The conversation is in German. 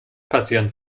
passieren